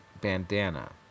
bandana